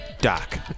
doc